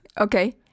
okay